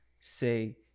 say